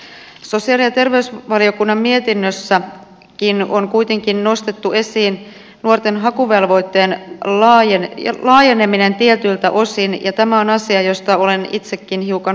sosiaali ja terveysvaliokunnan mietinnössäkin on kuitenkin nostettu esiin nuorten hakuvelvoitteen laajeneminen tietyiltä osin ja tämä on asia josta olen itsekin hiukan huolissani